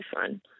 fun